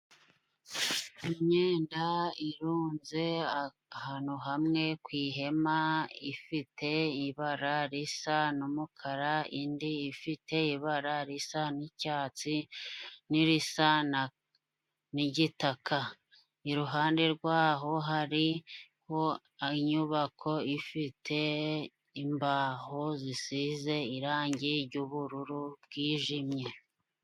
Imyenda irunze ahantu hamwe ku ihema ifite ibara risa n'umukara, indi ifite ibara risa n'icyatsi, n'irisa na n'igitaka, iruhande rwaho hariho inyubako ifite imbaho zisize irangi ry'ubururu bwijimye.